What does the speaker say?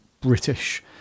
british